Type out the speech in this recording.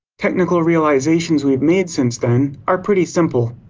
technical realizations we've made since then are pretty simple.